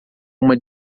uma